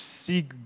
seek